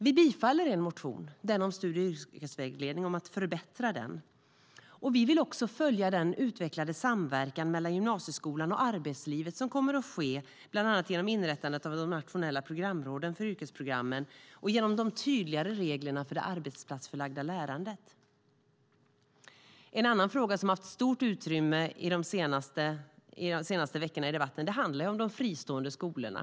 Vi bifaller en motion, nämligen den om att förbättra studie och yrkesvägledningen. Vi vill också följa den utvecklade samverkan mellan gymnasieskolan och arbetslivet som kommer att ske bland annat genom inrättandet av de nationella programråden för yrkesprogrammen och genom de tydligare reglerna för det arbetsplatsförlagda lärandet. En annan fråga som har haft stort utrymme i debatten under de senaste veckorna är den om de fristående skolorna.